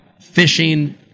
fishing